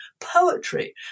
poetry